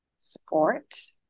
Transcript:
sport